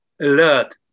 alert